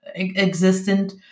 existent